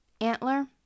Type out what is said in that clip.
Antler